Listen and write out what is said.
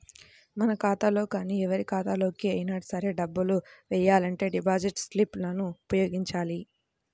మన ఖాతాలో గానీ ఎవరి ఖాతాలోకి అయినా సరే డబ్బులు వెయ్యాలంటే డిపాజిట్ స్లిప్ లను ఉపయోగించాలి